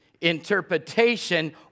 interpretation